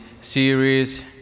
series